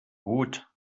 gut